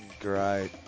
Great